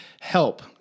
help